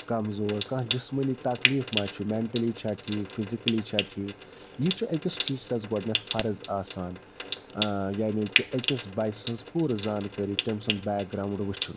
کَمزور کانٛہہ جِسمٲنی تکلیٖف ما چھُ مٮ۪نٹٔلی چھا ٹھیٖک فِزیکٔلی چھا ٹھیٖک یہِ چھُ أکِس ٹیٖچرَس گۄڈٕنٮ۪تھ فرض آسان یعنے کہِ أکِس بَچہِ سٕنٛز پوٗرٕ زانٛکٲری تٔمۍ سُنٛد بیک گرٛاوُنٛڈ وُچھُن